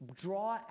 draw